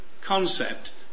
concept